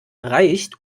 reicht